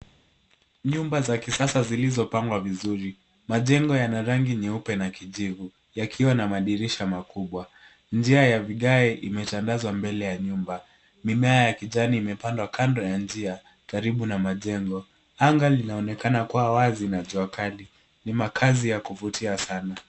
Nyumba za kisasa zilizopangwa vizuri majengo yana rangi nyeupe na kijivu yakiwa na madirisha makubwa njia ya vigai imetandazwa mbele ya nyumba mimea ya kijani imepandwa kando ya njia karibu na majengo anga linaonekana kuwa wazi na jua kali ni makaazi ya kuvutia sana.